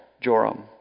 Joram